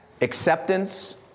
acceptance